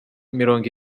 mirongo